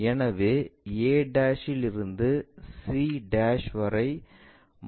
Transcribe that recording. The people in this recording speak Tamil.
எனவே a இருந்து c வரை மாற்றியமைக்க வேண்டும்